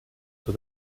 with